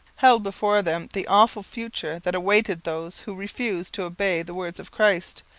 held before them the awful future that awaited those who refused to obey the words of christ,